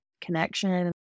connection